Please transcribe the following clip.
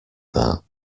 that